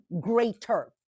greater